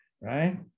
right